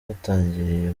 yatangiriye